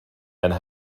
and